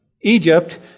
Egypt